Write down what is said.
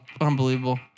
unbelievable